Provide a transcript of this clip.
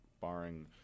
barring –